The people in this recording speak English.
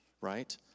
right